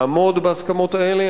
לעמוד בהסכמות האלה.